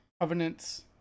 Covenant's